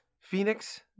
Phoenix